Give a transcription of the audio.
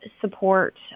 support